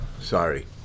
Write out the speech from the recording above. Sorry